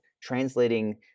translating